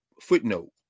Footnote